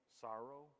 sorrow